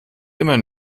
immer